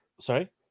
Sorry